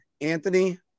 Anthony